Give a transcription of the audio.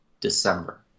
December